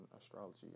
astrology